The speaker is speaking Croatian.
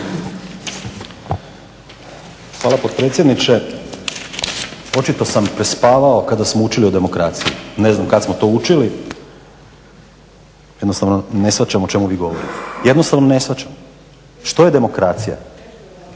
Hvala potpredsjedniče. Očito sam prespavao kada smo učili o demokraciji, ne znam kad smo to učili, jednostavno ne shvaćam o čemu vi govorite, jednostavno ne shvaćam. Što je demokracija?